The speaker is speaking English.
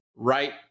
Right